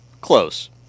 close